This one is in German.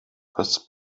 was